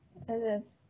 asal